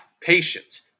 patience